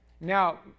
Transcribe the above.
Now